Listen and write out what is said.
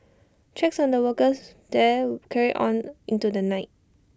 checks on the workers there carried on into the night